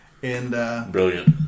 Brilliant